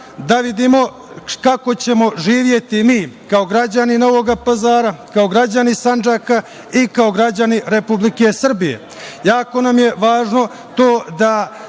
da vidimo kako ćemo živeti mi kao građani Novog Pazara, kao građani Sandžaka i kao građani Republike Srbije. Jako nam je važno to da